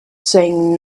saying